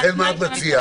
ולכן, מה את מציעה?